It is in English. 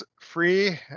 free